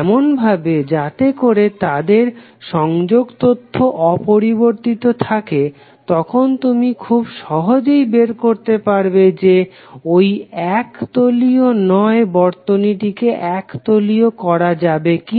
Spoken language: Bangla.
এমনভাবে যাতে করে তাদের সংযোগ তথ্য অপরিবর্তিত থাকে তখন তুমি খুব সহজেই বের করতে পারবে যে ঐ এক তলীয় নয় বর্তনীটিকে এক তলীয় করা যাবে কিনা